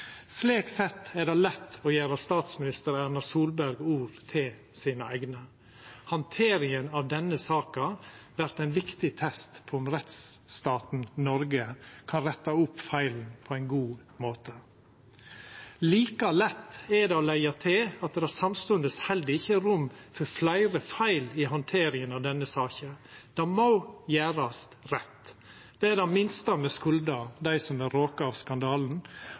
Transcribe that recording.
Slik sett er det lett å gjera statsminister Erna Solberg sine ord til sine eigne, om at handteringa av denne saka vert ein viktig test på om rettsstaten Noreg kan retta opp feilen på ein god måte. Like lett er det å leggja til at det samstundes heller ikkje er rom for fleire feil i handteringa av denne saka. Det må gjerast rett. Det er det minste me skuldar dei som er råka av skandalen,